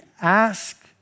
ask